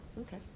Okay